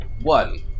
One